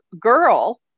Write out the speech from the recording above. girl